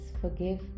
forgive